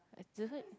like zi hui